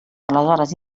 aleshores